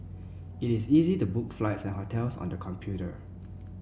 it is easy to book flights and hotels on the computer